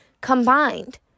combined